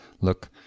look